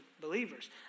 believers